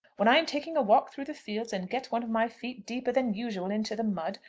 when i am taking a walk through the fields and get one of my feet deeper than usual into the mud,